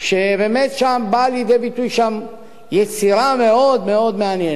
ובאמת שם באה לידי ביטוי יצירה מאוד מאוד מעניינת.